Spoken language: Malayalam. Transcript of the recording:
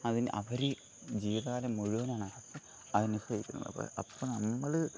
അതിന് അവർ ജീവിതകാലം മുഴുവനാണ് അനുഭവിക്കുന്നുണ്ട് അപ്പം അപ്പം നമ്മൾ